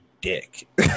dick